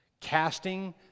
Casting